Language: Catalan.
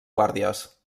guàrdies